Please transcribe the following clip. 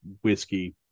whiskey